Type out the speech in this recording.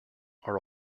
are